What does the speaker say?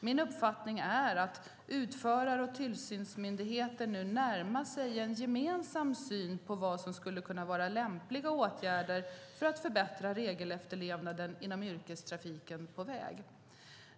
Min uppfattning är att utförare och tillsynsmyndigheter nu närmar sig en gemensam syn på vad som skulle kunna vara lämpliga åtgärder för att förbättra regelefterlevnaden inom yrkestrafiken på väg.